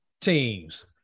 teams